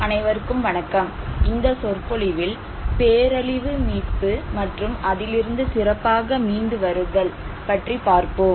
அனைவருக்கும் வணக்கம் இந்த சொற்பொழிவில் பேரழிவு மீட்பு மற்றும் அதிலிருந்து சிறப்பாக மீண்டு வருதல் பற்றி பார்ப்போம்